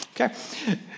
Okay